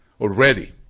already